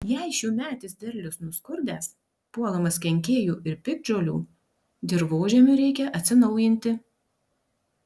jei šiųmetis derlius nuskurdęs puolamas kenkėjų ir piktžolių dirvožemiui reikia atsinaujinti